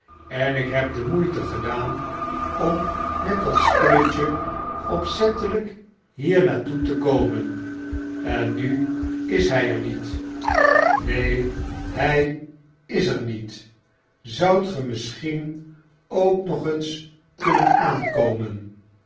en ik heb de moeite gedaan om met dat spulletje opzettelyk hier naar toe te komen ennuishy er niet neen hy is er niet zoudt ge misschien ook nog eens kunnen aankomen